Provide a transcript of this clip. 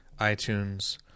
iTunes